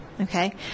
okay